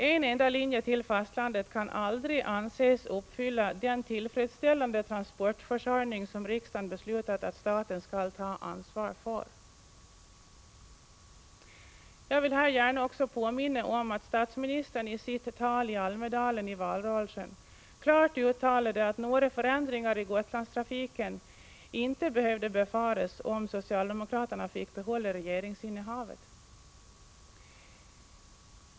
En enda linje till fastlandet kan aldrig anses utgöra den ”tillfredsställande transportförsörjning” som riksdagen beslutat att staten skall ta ansvar för. Jag vill gärna här också påminna om att statsministern i sitt tal i Almedalen i valrörelsen klart uttalade att några förändringar i Gotlandstrafiken inte behövde befaras om socialdemokraterna fick behålla regeringsinnehavet.